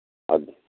अब